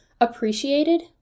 appreciated